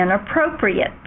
inappropriate